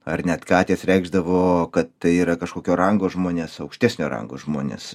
ar net katės reikšdavo kad tai yra kažkokio rango žmonės aukštesnio rango žmonės